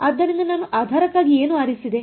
ಆದ್ದರಿಂದ ನಾನು ಆಧಾರಕ್ಕಾಗಿ ಏನು ಆರಿಸಿದೆ